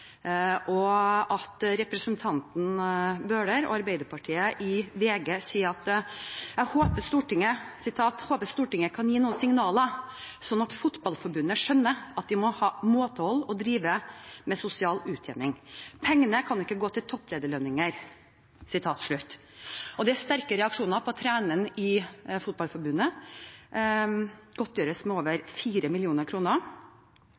og at representanten Bøhler i VG sier: «Jeg håper Stortinget kan gi noen signaler slik at fotballforbundet skjønner at de må ha måtehold og drive med sosial utjevning. Pengene kan ikke gå til topplederlønninger.» Det er sterke reaksjoner på at fotballandslagets trener godtgjøres med